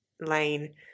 lane